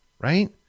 right